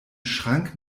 schrank